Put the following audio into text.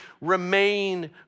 remain